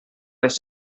les